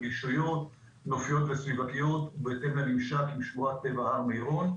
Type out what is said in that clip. רגישויות נופיות וסביבתיות בהתאם לממשק עם שמורת הטבע הר מירון.